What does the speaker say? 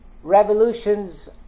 revolutions